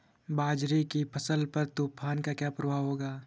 बाजरे की फसल पर तूफान का क्या प्रभाव होगा?